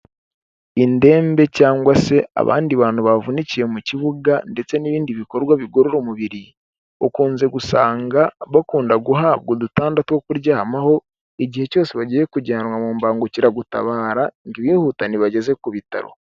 Indembe cyangwa se abandi bantu bavunikiye mu kibuga ndetse n'ibindi bikorwa bigorora umubiri, ukunze gusanga bakunda guhabwa udutanda two kuryamaho, igihe cyose bagiye kujyanwa mu mbangukiragutabara ngo ibihutane, ibageze ku bitaro.